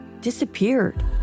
disappeared